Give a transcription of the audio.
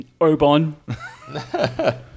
Obon